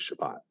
Shabbat